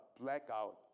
blackout